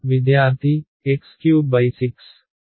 విద్యార్థి x36